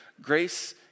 grace